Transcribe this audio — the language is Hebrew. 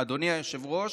אדוני היושב-ראש,